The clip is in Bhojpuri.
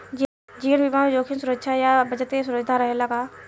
जीवन बीमा में जोखिम सुरक्षा आ बचत के सुविधा रहेला का?